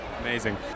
Amazing